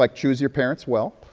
like choose your parents well.